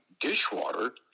dishwater